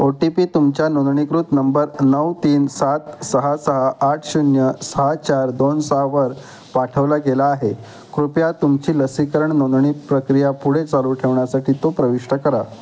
ओ T P तुमच्या नोंदणीकृत number नऊ तीन सात सहा सहा आठ शून्य सहा चार दोन सहा वर पाठवला गेला आहे कृपया तुमची लसीकरण नोंदणी प्रक्रिया पुढे चालू ठेवण्यासाठी तो प्रविष्ट करा